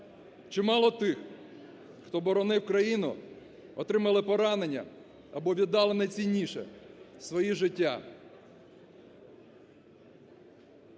Чимало тих, хто боронив країну отримали поранення або віддали найцінніше – своє життя.